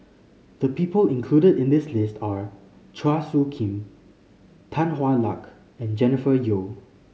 the people included in the list are Chua Soo Khim Tan Hwa Luck and Jennifer Yeo